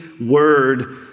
word